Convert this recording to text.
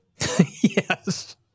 yes